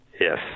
Yes